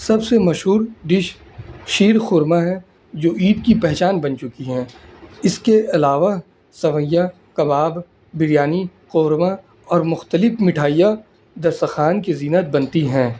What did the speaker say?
سب سے مشہور ڈش شیر خورمہ ہے جو عید کی پہچان بن چکی ہیں اس کے علاوہ سویاں کباب بریانی قورمہ اور مختلف مٹھائیاں دسترخوان کی زینت بنتی ہیں